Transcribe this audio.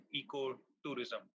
eco-tourism